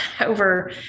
over